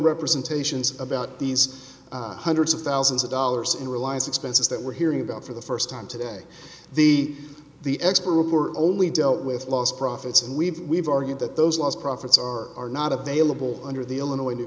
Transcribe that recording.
representations about these hundreds of thousands of dollars in realize expenses that we're hearing about for the first time today the the experts were only dealt with lost profits and we've we've argued that those lost profits are not available under the illinois